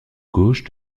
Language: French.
gauche